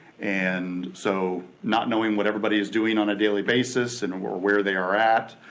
and so not knowing what everybody is doing on a daily basis, and where where they are at,